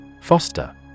Foster